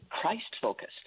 Christ-focused